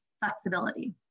flexibility